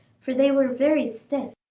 for they were very stiff.